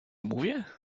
mówię